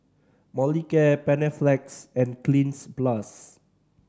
Molicare Panaflex and Cleanz Plus